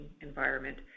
environment